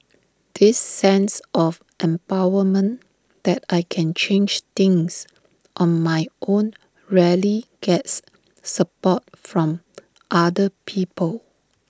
this sense of empowerment that I can change things on my own rarely gets support from other people